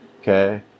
okay